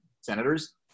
senators